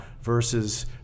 Versus